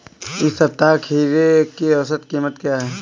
इस सप्ताह खीरे की औसत कीमत क्या है?